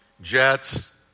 Jets